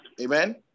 Amen